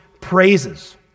praises